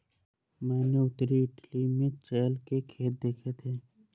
मैंने उत्तरी इटली में चेयल के खेत देखे थे